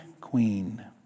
Queen